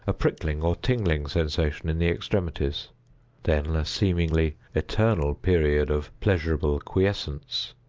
a prickling or tingling sensation in the extremities then a seemingly eternal period of pleasurable quiescence,